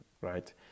right